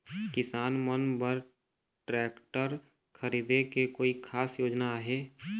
किसान मन बर ट्रैक्टर खरीदे के कोई खास योजना आहे?